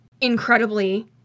incredibly